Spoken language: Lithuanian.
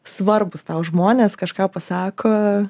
svarbūs tau žmonės kažką pasako